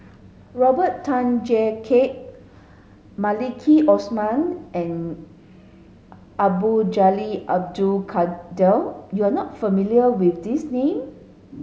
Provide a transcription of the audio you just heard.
Robert Tan Jee Keng Maliki Osman and Abdul Jalil Abdul Kadir you are not familiar with these name